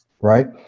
Right